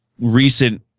recent